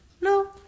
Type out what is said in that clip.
No